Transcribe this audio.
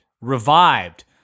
revived